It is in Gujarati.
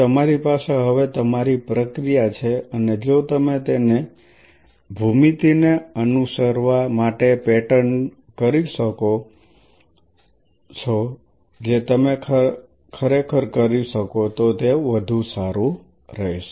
તેથી તમારી પાસે હવે તમારી પ્રક્રિયા છે અને જો તમે તેને ભૂમિતિને અનુસરવા માટે પેટર્ન કરી શકો છો જે તમે ખરેખર કરી શકો તો તે વધુ સારું રહેશે